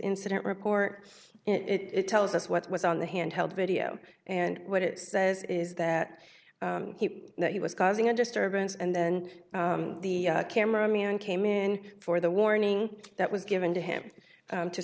incident report it tells us what was on the handheld video and what it says is that he that he was causing a disturbance and then the camera man came in for the warning that was given to him